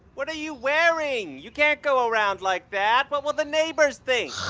what are you wearing? you can't go around like that. what will the neighbors think?